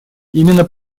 именно